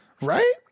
right